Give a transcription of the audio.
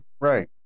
right